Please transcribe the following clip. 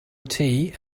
tea